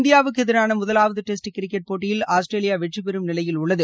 இந்தியாவுக்கு எதிரான முதலாவது டெஸ்ட் கிரிக்கெட் போட்டியில் ஆஸ்திரேலியா வெற்றிபெறும் நிலையில் உள்ளது